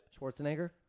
Schwarzenegger